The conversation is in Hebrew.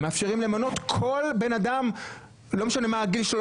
מאפשרים למנות כל בן אדם - לא משנה מה הגיל שלו,